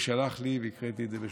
ושלח לי, והקראתי את זה בשמו.